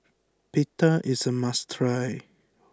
Pita is a must try